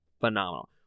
phenomenal